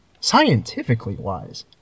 scientifically-wise